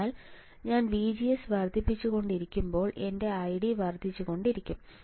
അതിനാൽ ഞാൻ VGS വർദ്ധിപ്പിച്ചുകൊണ്ടിരിക്കുമ്പോൾ എന്റെ ID വർദ്ധിച്ചുകൊണ്ടിരിക്കും